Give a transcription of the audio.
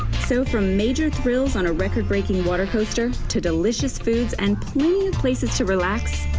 so from major thrills on a record-breaking water coaster to delicious foods and places to relax,